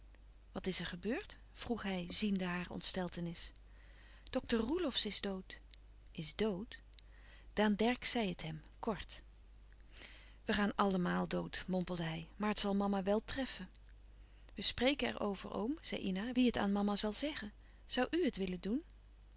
wat is er gebeurd vroeg hij ziende hare ontsteltenis dokter roelofsz is dood is dood daan dercksz zei het hem kort wij gaan allemaal dood mompelde hij maar het zal mama wel treffen we spreken er over oom zei ina wie het aan mama zal zeggen zoû u het willen doen